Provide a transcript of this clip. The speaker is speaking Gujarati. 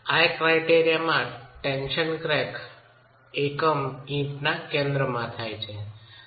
આ ક્રાયટેરિયામાં ટેન્સન ક્રેક એકમ ઈંટના કેન્દ્રમાં થાય છે